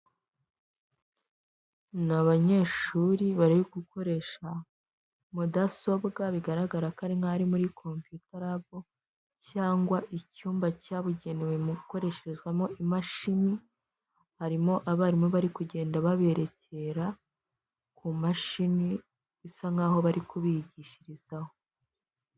Ni abanyeshuri bari gukoresha mudasobwa bigaragara ko ari nkaho muri kompiyuta labu, cyangwa icyumba cyabugenewe mu gukoresherezwamo imashini, harimo abarimu bari kugenda baberekera ku mashini isa nkaho bari kubigishirizaho.